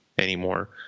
anymore